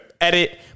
edit